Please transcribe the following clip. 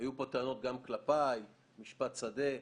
היו פה טענות גם כלפיי, משפט שדה.